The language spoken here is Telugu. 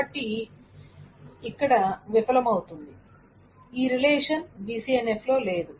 కాబట్టి ఇది ఇక్కడ విఫలమవుతుంది ఈ రిలేషన్ BCNF లో లేదు